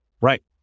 Right